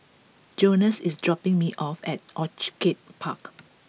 Jonas is dropping me off at Orchid Park